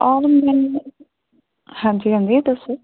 ਹਾਂਜੀ ਹਾਂਜੀ ਦੱਸੋ